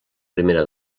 primera